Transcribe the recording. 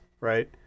right